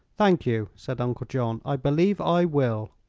thank you, said uncle john i believe i will.